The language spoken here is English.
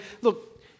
look